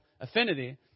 affinity